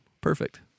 perfect